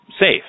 safe